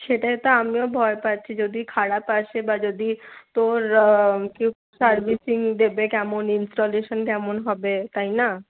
সেটায় তো আমিও ভয় পাচ্ছি যদি খারাপ আসে বা যদি তোর সার্ভিসিং দেবে কেমন বা ইন্সটলেশন কেমন হবে তাই না